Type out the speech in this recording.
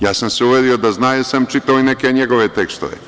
Ja sam se uverio da zna jer sam čitao i neke njegove tekstove.